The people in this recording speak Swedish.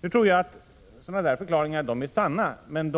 Jag tror att sådana förklaringar är sanna, men